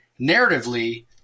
narratively